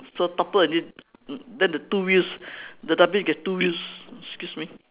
so toppled and it then the two wheels the dustbin get two wheels excuse me